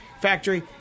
factory